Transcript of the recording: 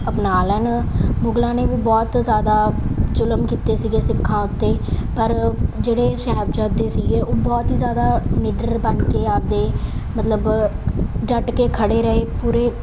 ਅਪਣਾ ਲੈਣ ਮੁਗ਼ਲਾਂ ਨੇ ਵੀ ਬਹੁਤ ਜ਼ਿਆਦਾ ਜ਼ੁਲਮ ਕੀਤੇ ਸੀਗੇ ਸਿੱਖਾਂ ਉਤੇ ਪਰ ਜਿਹੜੇ ਸਾਹਿਬਜ਼ਾਦੇ ਸੀਗੇ ਉਹ ਬਹੁਤ ਹੀ ਜ਼ਿਆਦਾ ਨਿਡਰ ਬਣ ਕੇ ਆਪਣੇ ਮਤਲਬ ਡੱਟ ਕਿ ਖੜ੍ਹੇ ਰਹੇ ਪੂਰੇ